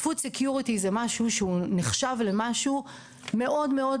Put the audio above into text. food security זה משהו שהוא נחשב למשהו מאוד מאוד